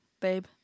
Babe